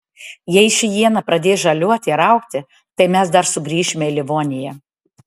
jei ši iena pradės žaliuoti ir augti tai mes dar sugrįšime į livoniją